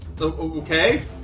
Okay